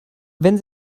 wenn